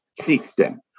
system